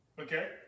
Okay